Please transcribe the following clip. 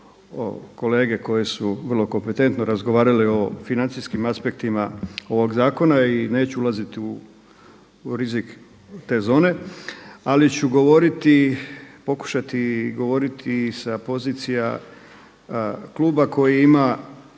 kolege koje su vrlo kompetentno razgovarale o financijskim aspektima ovoga zakona i neću ulaziti u rizik te zone ali ću govoriti, pokušati govoriti sa pozicija kluba koji ima